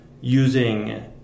using